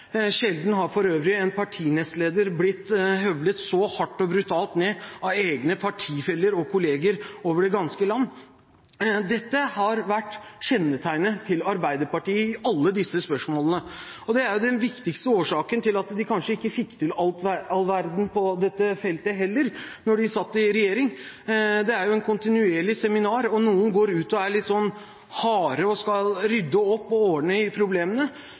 Sjelden har vel en partinestleder blitt høvlet så hardt og brutalt ned av egne partifeller og kolleger over det ganske land. Dette har kjennetegnet Arbeiderpartiet i alle disse spørsmålene. Det er kanskje den viktigste årsaken til at de heller ikke da de satt i regjering, fikk til all verden på dette feltet. Det er jo et kontinuerlig seminar. Noen går ut og er litt harde og skal rydde opp og ordne opp i problemene,